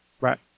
Right